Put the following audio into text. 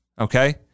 okay